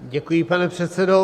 Děkuji, pane předsedo.